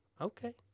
Okay